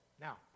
now